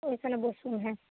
তো এখানে বসুন হ্যাঁ